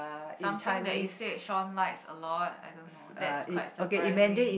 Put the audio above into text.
something that you said Sean likes a lot I don't know that's quite surprising